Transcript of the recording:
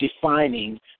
defining